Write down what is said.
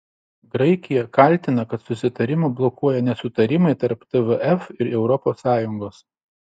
graikija kaltina kad susitarimą blokuoja nesutarimai tarp tvf ir europos sąjungos